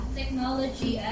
technology